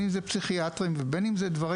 אם זה פסיכיאטריים ובין אם זה דברים,